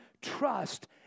trust